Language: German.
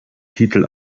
titel